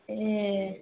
ए